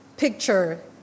picture